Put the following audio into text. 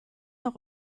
noch